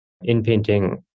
in-painting